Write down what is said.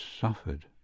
suffered